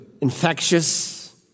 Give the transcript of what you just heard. infectious